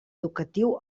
educatiu